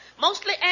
Mostly